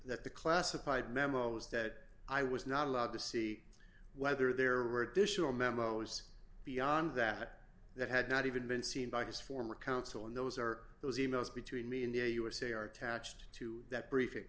that the classified memos that i was not allowed to see whether there were additional memos beyond that that had not even been seen by his former counsel and those are those e mails between me and the usa are attached to that briefing